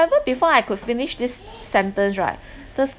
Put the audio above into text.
even before I could finish this sentence right the